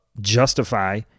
justify